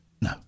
No